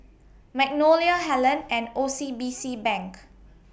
Magnolia Helen and O C B C Bank